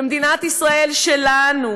במדינת ישראל שלנו,